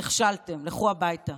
נכשלתם, לכו הביתה.